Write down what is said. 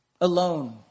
alone